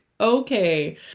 okay